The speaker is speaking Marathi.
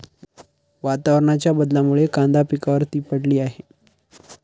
वातावरणाच्या बदलामुळे कांदा पिकावर ती पडली आहे